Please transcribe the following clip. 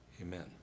Amen